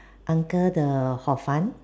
uncle the hor-fun